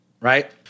right